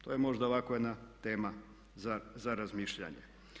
To je možda ovako jedna tema za razmišljanje.